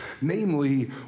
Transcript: namely